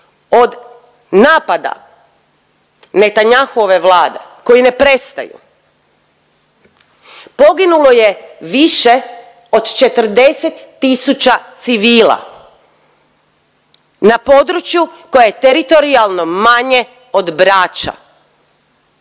od napada Netanyahuove vlade koji ne prestaju poginulo je više od 40 000 civila na području koje je teritorijalno manje od Brača,